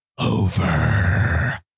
over